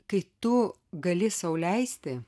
kai tu gali sau leisti